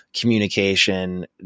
communication